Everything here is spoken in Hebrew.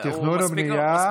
תכנון ובנייה זה בדיוק ספציפי.